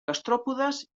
gastròpodes